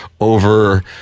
over